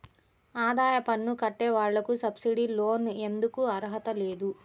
ఆదాయ పన్ను కట్టే వాళ్లకు సబ్సిడీ లోన్ ఎందుకు అర్హత లేదు?